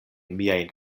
miajn